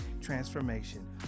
transformation